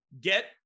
get